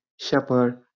Shepherd